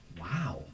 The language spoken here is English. Wow